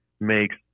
makes